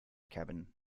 cabin